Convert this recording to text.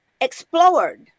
explored